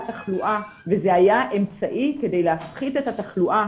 תחלואה וזה היה אמצעי כדי להפחית את התחלואה,